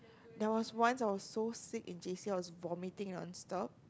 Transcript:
there was once I was so sick in J_C I was vomiting on the stop